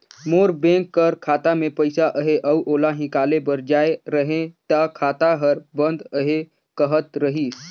मोर bank कर खाता में पइसा अहे अउ ओला हिंकाले बर जाए रहें ता खाता हर बंद अहे कहत रहिस